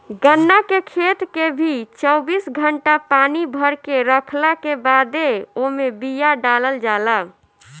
गन्ना के खेत के भी चौबीस घंटा पानी भरके रखला के बादे ओमे बिया डालल जाला